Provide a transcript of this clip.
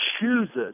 chooses